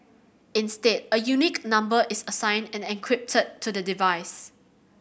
instead a unique number is assigned and encrypted to the device